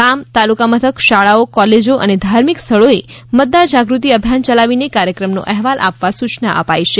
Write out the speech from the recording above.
ગામ તાલુકા મથક શાળાઓ કોલેજો અને ધાર્મિક સ્થળોએ મતદાર જાગૃતિ અભિયાન યલાવીને કાર્યક્રમનો અહેવાલ આપવા સૂચના અપાઇ છે